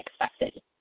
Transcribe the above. expected